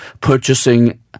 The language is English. purchasing